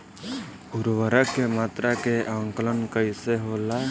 उर्वरक के मात्रा के आंकलन कईसे होला?